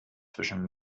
zwischen